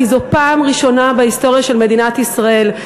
כי זו פעם ראשונה בהיסטוריה של מדינת ישראל.